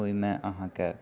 ओहिमे अहाँकेँ